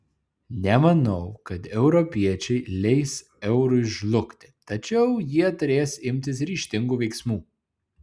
nemanau kad europiečiai leis eurui žlugti tačiau jie turės imtis ryžtingų veiksmų